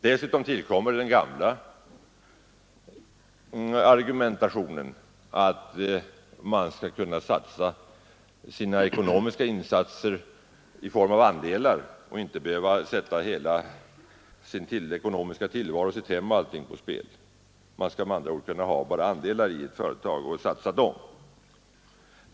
Dessutom tillkommer det gamla argumentet att man bör kunna göra sina ekonomiska insatser i ett företag i form av andelar och inte skall behöva sätta hela sin ekonomiska tillvaro, sitt hem och sina övriga tillgångar på spel för företaget.